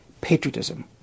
patriotism